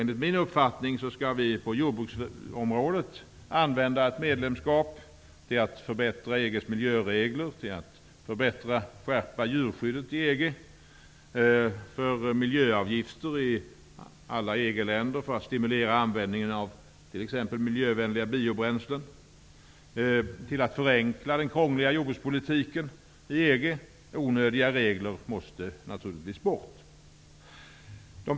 Enligt min uppfattning skall vi på jordbruksområdet använda ett medlemskap till att förbättra EG:s miljöregler, skärpa djurskyddet i EG, införa miljöavgifter i alla EG-länder för att stimulera användningen av t.ex. miljövänliga biobränslen och till att förenkla den krångliga jordbrukspolitiken i EG. Onödiga regler måste naturligtvis bort.